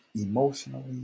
emotionally